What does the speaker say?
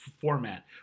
format